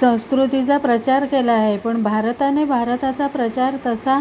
संस्कृतीचा प्रचार केला आहे पण भारताने भारताचा प्रचार तसा